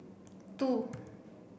two